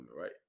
right